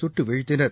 சுட்டு வீழ்த்தினர்